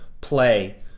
play